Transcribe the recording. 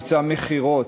מבצע מכירות,